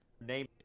name